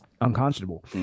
unconscionable